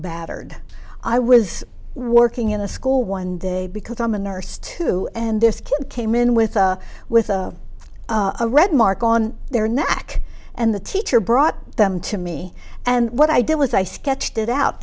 battered i was working in a school one day because i'm a nurse too and this kid came in with a with a red mark on their neck and the teacher brought them to me and what i did was i sketched it out